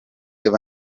dove